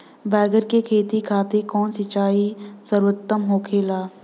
बैगन के खेती खातिर कवन सिचाई सर्वोतम होखेला?